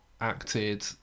acted